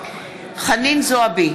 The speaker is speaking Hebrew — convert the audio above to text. חנין זועבי,